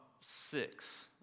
six